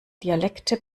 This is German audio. dialekte